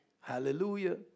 hallelujah